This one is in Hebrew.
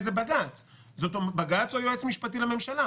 אמירה של איזה בג"ץ או יועץ משפטי לממשלה.